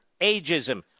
ageism